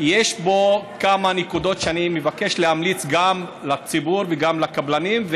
יש בו כמה נקודות שאני מבקש להמליץ עליהן גם לציבור וגם לקבלנים,